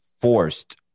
forced